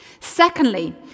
Secondly